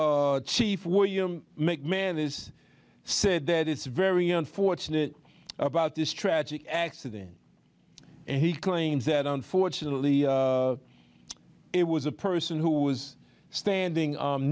chief william make man is said that it's very unfortunate about this tragic accident and he claims that unfortunately it was a person who was standing